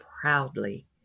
proudly